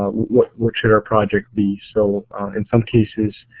ah what what should our project be. so in some cases